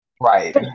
Right